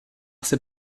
ses